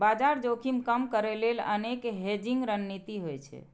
बाजार जोखिम कम करै लेल अनेक हेजिंग रणनीति होइ छै